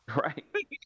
Right